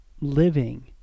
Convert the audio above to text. living